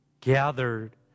gathered